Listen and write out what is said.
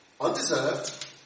undeserved